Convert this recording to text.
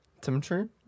Temperature